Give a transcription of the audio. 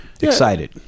Excited